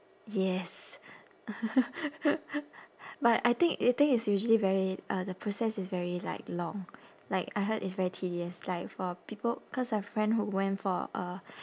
yes but I think the thing is usually very uh the process is very like long like I heard it's very tedious like for people cause a friend who went for a